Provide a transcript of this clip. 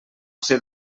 ser